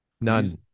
none